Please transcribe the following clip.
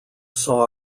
saw